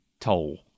toll